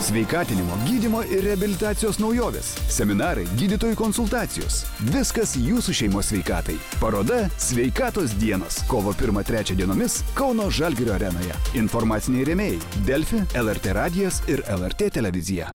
sveikatinimo gydymo ir reabilitacijos naujovės seminarai gydytojų konsultacijos viskas jūsų šeimos sveikatai paroda sveikatos dienos kovo pirmą trečią dienomis kauno žalgirio arenoje informaciniai rėmėjai delfi lrt radijas ir lrt televizija